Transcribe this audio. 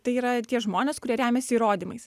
tai yra tie žmonės kurie remiasi įrodymais